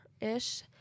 ish